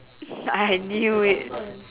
I knew it